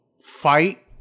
fight